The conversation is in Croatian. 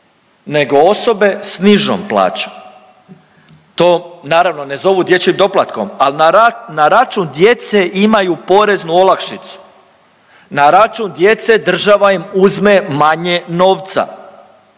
nego osobe s nižom plaćom. To naravno ne zovu dječjim doplatkom al na račun djece imaju poreznu olakšicu. Na račun djece država im uzme manje novca.